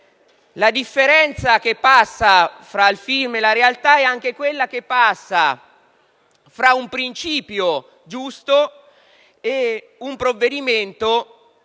la differenza che passa tra il film e la realtà è anche quella che passa tra un principio giusto e un provvedimento,